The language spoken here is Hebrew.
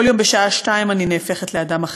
כל יום בשעה 14:00 אני נהפכת לאדם אחר,